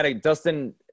Dustin